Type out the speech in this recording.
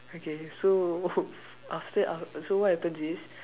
okay so after that uh so what happens is